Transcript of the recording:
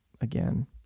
again